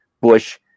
Bush